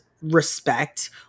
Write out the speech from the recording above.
respect